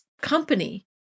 company